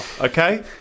Okay